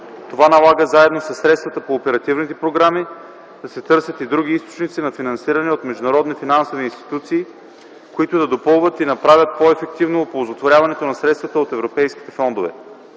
Това налага, заедно със средствата по оперативните програми, да се търсят и други източници на финансиране от международни финансови институции, които да допълват и направят по-ефективно оползотворяването на средствата от европейските фондове.